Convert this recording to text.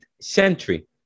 century